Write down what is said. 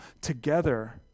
together